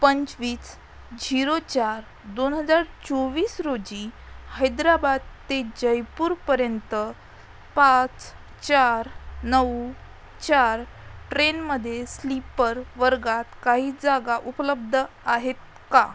पंचवीस झिरो चार दोन हजार चोवीस रोजी हैदराबाद ते जयपूरपर्यंत पाच चार नऊ चार ट्रेनमध्ये स्लीप्पर वर्गात काही जागा उपलब्ध आहेत का